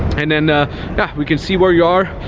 and then ah yeah we can see where you are,